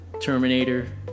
Terminator